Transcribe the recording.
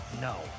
No